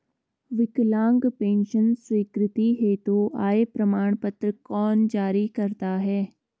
विकलांग पेंशन स्वीकृति हेतु आय प्रमाण पत्र कौन जारी करता है?